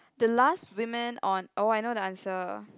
the last woman on oh I know the answer